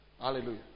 Hallelujah